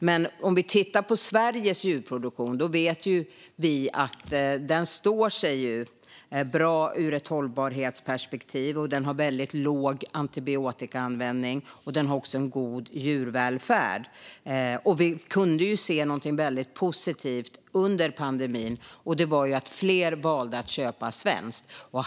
Men Sveriges djurproduktion står sig bra ur ett hållbarhetsperspektiv och har väldigt låg antibiotikaanvändning och god djurvälfärd. Någonting väldigt positivt som vi kunde se under pandemin var att fler valde att köpa svenskt.